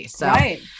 Right